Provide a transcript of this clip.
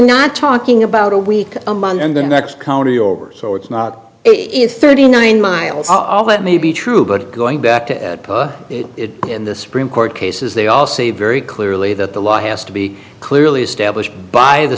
not talking about a week a month and the next county over so it's not it is thirty nine miles although it may be true but going back to put it in the supreme court cases they all say very clearly that the law has to be clearly established by the